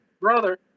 brother